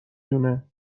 دونه